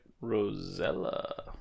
Rosella